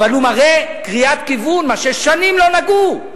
אבל הוא מראה קריאת כיוון, מה ששנים לא נגעו,